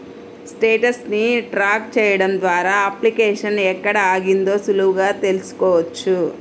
status ని track చెయ్యడం ద్వారా అప్లికేషన్ ఎక్కడ ఆగిందో సులువుగా తెల్సుకోవచ్చు